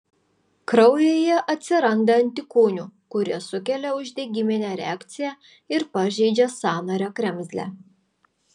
kraujyje atsiranda antikūnų kurie sukelia uždegiminę reakciją ir pažeidžia sąnario kremzlę